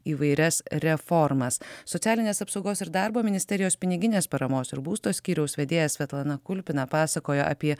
įvairias reformas socialinės apsaugos ir darbo ministerijos piniginės paramos ir būsto skyriaus vedėja svetlana kulpina pasakojo apie